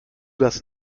das